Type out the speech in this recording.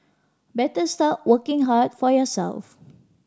better start working hard for yourself